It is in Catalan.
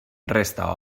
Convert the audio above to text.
resta